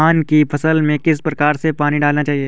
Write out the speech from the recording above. धान की फसल में किस प्रकार से पानी डालना चाहिए?